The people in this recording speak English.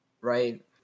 right